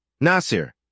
Nasir